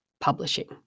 publishing